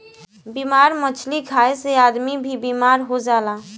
बेमार मछली खाए से आदमी भी बेमार हो जाला